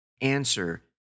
answer